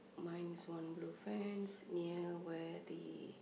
mine is one blue fence in the thingy